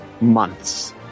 months